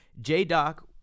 J-Doc